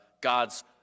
God's